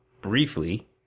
briefly